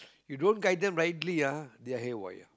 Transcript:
you don't guide them rightly ah they are haywire